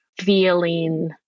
feeling